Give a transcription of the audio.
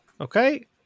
Okay